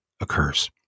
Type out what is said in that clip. occurs